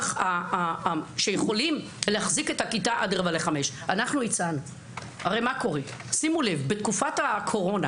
שיכולים להחזיק את הכיתה עד 16:45. מה שקרה בתקופת הקורונה,